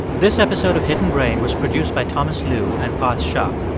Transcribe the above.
this episode of hidden brain was produced by thomas lu and parth shah.